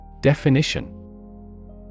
Definition